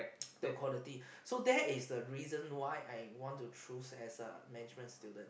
the quality so that is the reason why I want to choose as a management student